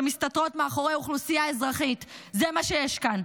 שמסתתרות מאחורי אוכלוסייה אזרחית, זה מה שיש כאן.